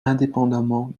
indépendement